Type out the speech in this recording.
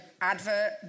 advert